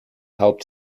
helped